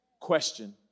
question